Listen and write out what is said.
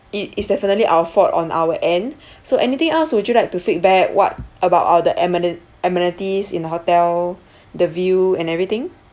it it's definitely our fault on our end so anything else would you like to feedback what about all the ameni~ amenities in the hotel the view and everything